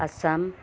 Assam